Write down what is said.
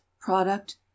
product